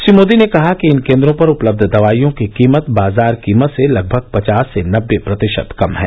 श्री मोदी ने कहा कि इन केन्द्रों पर उपलब्ध दवाइयों की कीमत बाजार कीमत से लगभग पचास से नम्बे प्रतिशत कम है